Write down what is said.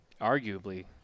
arguably